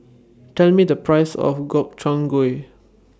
Tell Me The Price of Gobchang Gui